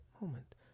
Moment